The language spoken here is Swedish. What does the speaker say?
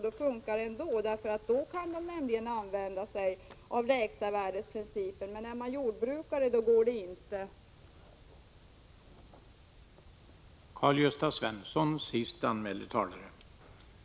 Då fungerar det, eftersom man då kan använda sig av lägsta värdesprincipen, men om man är jordbrukare går inte det.